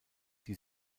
die